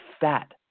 fat